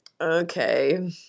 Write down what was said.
okay